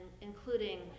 including